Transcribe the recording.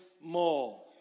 more